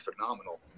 phenomenal